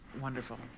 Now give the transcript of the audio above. wonderful